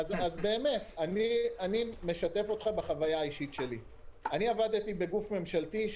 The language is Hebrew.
אני עבדתי בגוף ממשלתי,